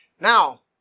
Now